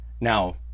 Now